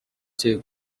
too